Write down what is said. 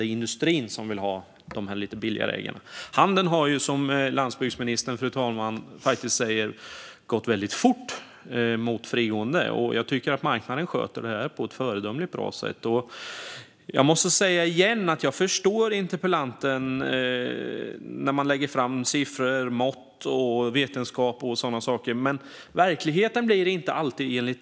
Fru talman! Handeln har, som landsbygdsministern säger, gått fort mot att vilja ha frigående ägg. Marknaden sköter det på ett föredömligt sätt. Jag måste säga igen att jag förstår interpellanten när hon lägger fram siffror, mått, vetenskap och sådana saker. Men verkligheten blir inte alltid sådan.